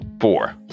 four